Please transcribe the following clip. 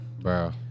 Bro